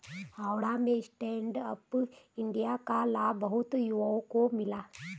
हावड़ा में stand up India का लाभ बहुत युवाओं को मिला